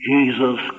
Jesus